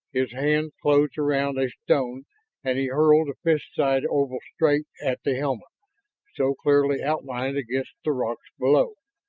his hand closed around a stone and he hurled the fist-sized oval straight at the helmet so clearly outlined against the rocks below.